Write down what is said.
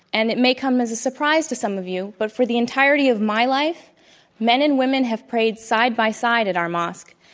and it may come as a surprise to some of you, but for the entirety of my life men and women have prayed side by side at our mosque,